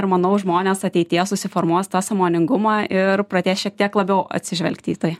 ir manau žmonės ateityje susiformuos tą sąmoningumą ir pradės šiek tiek labiau atsižvelgti į tai